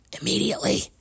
immediately